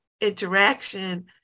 interaction